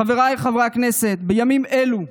חבריי חברי הכנסת, בימים אלו,